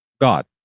God